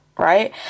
right